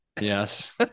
Yes